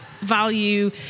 value